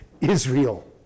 Israel